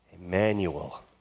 Emmanuel